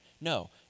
No